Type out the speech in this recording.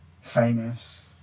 famous